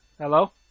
Hello